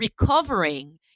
recovering